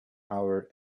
our